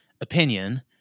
opinion